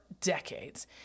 decades